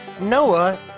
Noah